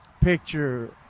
picture